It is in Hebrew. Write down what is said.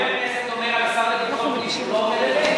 זה לא בסדר שחבר כנסת אומר על שר לביטחון פנים שהוא לא אומר אמת.